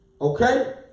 Okay